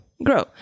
Grow